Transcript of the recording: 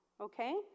Okay